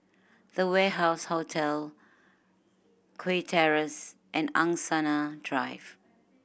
The Warehouse Hotel Kew Terrace and Angsana Drive